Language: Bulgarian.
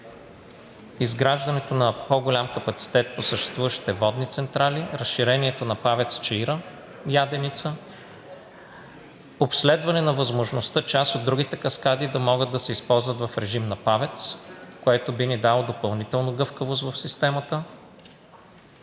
изграждането на по-голям капацитет по съществуващите водни централи, разширението на ПАВЕЦ „Чаира“, Яденица, обследване на възможността част от другите каскади да могат да се използват в режим на ПАВЕЦ, което би ни дало допълнителна гъвкавост в системата.